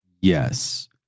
yes